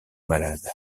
malade